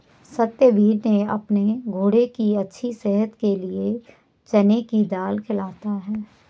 सत्यवीर ने अपने घोड़े की अच्छी सेहत के लिए चने की दाल खिलाता है